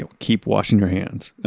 and keep washing your hands.